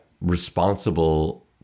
responsible